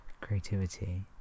creativity